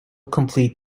complete